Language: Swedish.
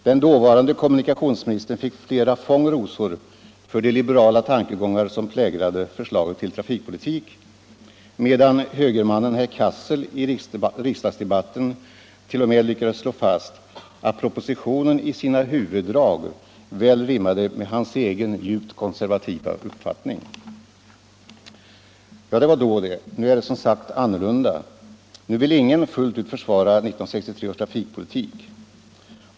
Den dåvarande kommunikationsministern fick flera fång rosor för de liberala tankegångar som präglade förslaget till trafikpolitik, medan högermannen herr Cassel i riksdagsdebatten t.o.m. lyckades slå fast att propositionen i sina huvuddrag väl rimmade med hans egen djupt konservativa uppfattning. Ja, det var då det. Nu är det som sagt annorlunda. Nu vill ingen fullt ut försvara 1963 års trafikpolitik.